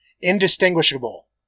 indistinguishable